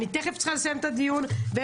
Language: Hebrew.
אני צריכה תיכף לסיים את הדיון ועוד